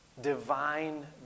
divine